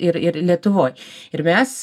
ir ir lietuvoj ir mes